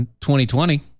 2020